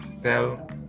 sell